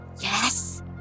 Yes